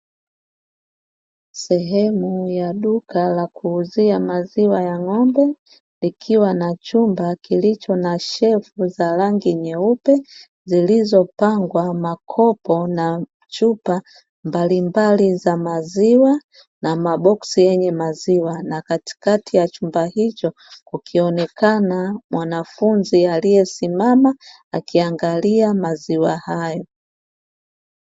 Sehemu ya duka la kuuzia maziwa ya ng’ombe, ikiwa na chumba kilicho na shefu za rangi nyeupe, zilizopangwa makopo na chupa mbalimbali za maziwa na maboksi yenye maziwa, na katikati ya chumba hicho kukionekana mwanafunzi aliyesimama akiangalia maziwa hayo.